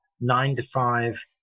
nine-to-five